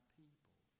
people